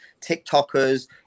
TikTokers